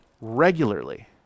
regularly